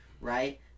right